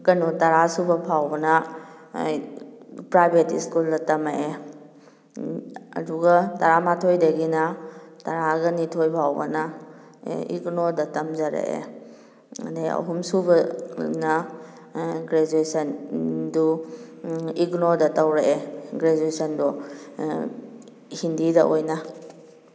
ꯀꯩꯅꯣ ꯇꯔꯥ ꯁꯨꯕ ꯐꯥꯎꯕꯅ ꯄ꯭ꯔꯥꯏꯕꯦꯠ ꯏꯁꯀꯨꯜꯗ ꯇꯝꯃꯛꯑꯦ ꯑꯗꯨꯒ ꯇꯔꯥꯃꯥꯊꯣꯏꯗꯒꯤꯅ ꯇꯔꯥꯒ ꯅꯤꯊꯣꯏ ꯐꯥꯎꯕꯅ ꯏꯒꯅꯧꯗ ꯇꯝꯖꯔꯛꯑꯦ ꯑꯗꯨꯗꯩ ꯑꯍꯨꯝ ꯁꯨꯕꯅ ꯒ꯭ꯔꯦꯖꯨꯌꯦꯁꯟ ꯗꯨ ꯏꯒꯅꯧꯗ ꯇꯧꯔꯛꯑꯦ ꯒ꯭ꯔꯦꯖꯨꯌꯦꯁꯟꯗꯣ ꯍꯤꯟꯗꯤꯗ ꯑꯣꯏꯅ